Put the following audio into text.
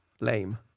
Lame